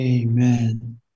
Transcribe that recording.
Amen